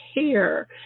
care